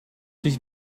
durch